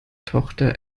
tochter